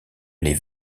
les